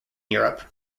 europe